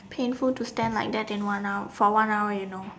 painful to stand like that in one hour for one hour you know